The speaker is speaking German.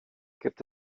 gibt